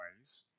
ways